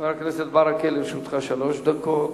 חבר הכנסת ברכה, לרשותך שלוש דקות.